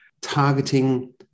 targeting